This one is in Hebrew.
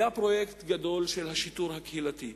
היה פרויקט גדול של השיטור הקהילתי.